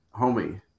homie